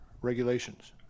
regulations